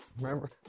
Remember